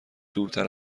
دورتر